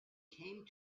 came